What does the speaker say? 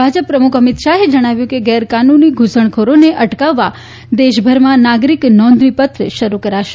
ભાજપ પ્રમુખ અમિત શાહે જણાવ્યું છે કે ગેરકાનૂની ઘુસણખોરોને અટકાવવા દેશભરમાં નાગરિક નોંધણીપત્ર શરૂ કરાશે